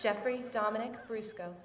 jeffrey dominic frisco